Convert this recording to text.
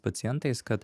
pacientais kad